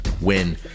Win